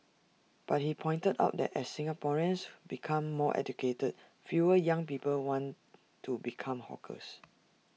but he pointed out that as Singaporeans become more educated fewer young people want to become hawkers